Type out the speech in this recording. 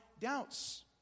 doubts